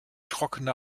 trockene